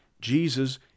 Jesus